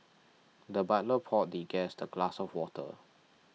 the butler poured the guest a glass of water